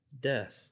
death